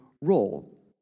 role